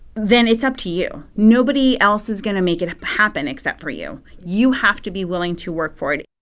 then it's up to you. nobody else is going to make it happen except for you. you have to be willing to work for it